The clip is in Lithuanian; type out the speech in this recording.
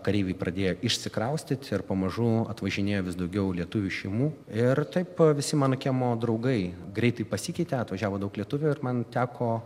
kareiviai pradėjo išsikraustyt ir pamažu atvažinėjo vis daugiau lietuvių šeimų ir taip visi mano kiemo draugai greitai pasikeitė atvažiavo daug lietuvių ir man teko